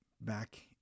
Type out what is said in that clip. back